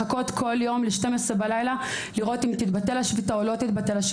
לחכות כל יום ל-12 בלילה לראות אם תתבטל השביתה או לא תתבטל.